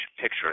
picture